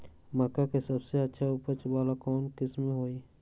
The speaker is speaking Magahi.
मक्का के सबसे अच्छा उपज वाला कौन किस्म होई?